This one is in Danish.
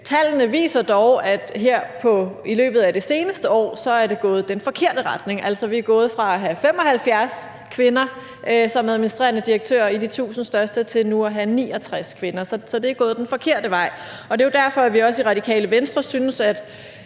Tallene viser dog, at her i løbet af det seneste år er det gået i den forkerte retning. Altså, vi er gået fra at have 75 kvinder som administrerende direktør i de 1.000 største virksomheder til nu at have 69 kvinder. Så det er gået den forkerte vej, og det er jo derfor, at vi også i Radikale Venstre synes om